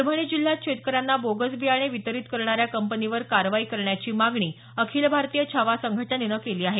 परभणी जिल्ह्यात शेतकऱ्यांना बोगस बियाणे वितरीत करणाऱ्या कंपनीवर कारवाई करण्याची मागणी अखिल भारतीय छावा संघटनेनं केली आहे